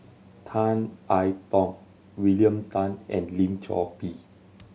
Tan I Tong William Tan and Lim Chor Pee